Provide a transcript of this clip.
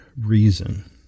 reason